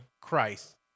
Christ